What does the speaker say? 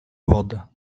wodę